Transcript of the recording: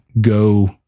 go